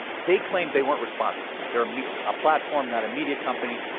they claimed they weren't responsible. they're a platform not a media company.